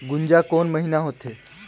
गुनजा कोन महीना होथे?